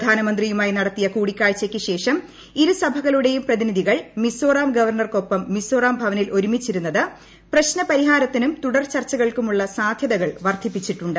പ്രധാനമന്ത്രിയുമായി നടിത്തിയ കൂടിക്കാഴ്ചയ്ക്കു ശേഷം ഇരു സഭകളുടെയും പ്രതിനിധികൾ മിസോറം ഗവർണ്ണർക്കൊപ്പം മിസോറം ഭവനിൽ ഒരുമിച്ച് ഇരുന്നത് പ്രശ്നപരിഹാരത്തിനും തുടർ ചർച്ചകൾക്കുമുള്ള സാദ്ധ്യൃത്കൾ വർധിച്ചിട്ടുണ്ട്